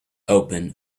open